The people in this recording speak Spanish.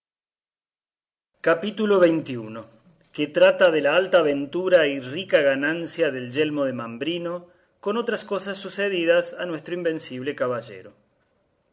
capítulo xxi que trata de la alta aventura y rica ganancia del yelmo de mambrino con otras cosas sucedidas a nuestro invencible caballero